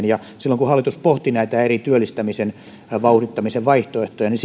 ja silloin kun hallitus pohti näitä eri työllistämisen vauhdittamisen vaihtoehtoja niin